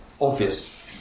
Obvious